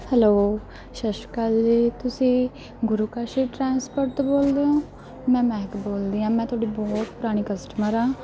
hello ਸਤਿ ਸ਼੍ਰੀ ਅਕਾਲ ਜੀ ਤੁਸੀਂ ਗੁਰੂ ਕਾਸ਼ੀ ਟ੍ਰਾਂਸਫਰ ਤੋਂ ਬੋਲਦੇ ਹੋ ਮੈਂ ਮਹਿਕ ਬੋਲਦੀ ਹਾਂ ਮੈਂ ਤੁਹਾਡੀ ਬਹੁਤ ਪੁਰਾਣੀ ਕਸਟਮਰ ਹਾਂ